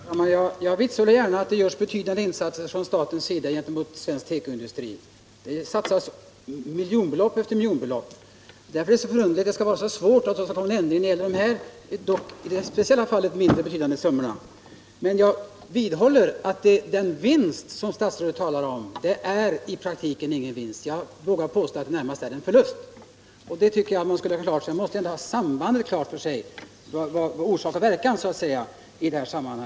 Herr talman! Jag vitsordar gärna att det görs betydande insatser från statens sida gentemot svensk textilindustri. Här satsas miljonbelopp efter miljonbelopp. Det är därför underligt att det skall vara så svårt att åstadkomma en ändring när det gäller de i detta speciella fall mindre betydande summorna. Men jag vidhåller att den vinst som statsrådet talar om i praktiken inte är någon vinst. Jag vågar påstå att den i det närmaste är en förlust. Man måste väl ändå ha sambandet klart för sig och vara medveten om orsak och verkan.